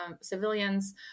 civilians